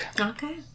Okay